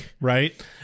right